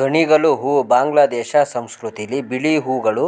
ಗಣಿಗಲು ಹೂ ಬಾಂಗ್ಲಾದೇಶ ಸಂಸ್ಕೃತಿಲಿ ಬಿಳಿ ಹೂಗಳು